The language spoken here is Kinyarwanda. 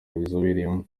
babizobereyemo